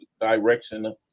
direction